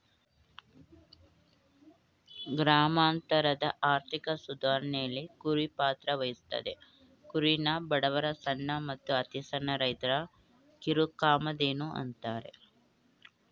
ಗ್ರಾಮಾಂತರದ ಆರ್ಥಿಕ ಸುಧಾರಣೆಲಿ ಕುರಿ ಪಾತ್ರವಹಿಸ್ತದೆ ಕುರಿನ ಬಡವರ ಸಣ್ಣ ಮತ್ತು ಅತಿಸಣ್ಣ ರೈತರ ಕಿರುಕಾಮಧೇನು ಅಂತಾರೆ